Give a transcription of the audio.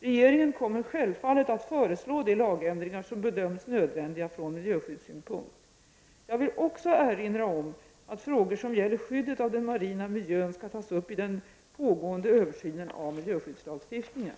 Regeringen kommer självfallet att föreslå de lagändringar som bedöms nödvändiga från miljöskyddssynpunkt. Jag vill också erinra om att frågor som gäller skyddet av den marina miljön skall tas upp i den pågående översynen av miljöskyddslagstiftningen.